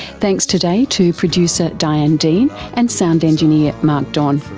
thanks today to producer diane dean and sound engineer mark don.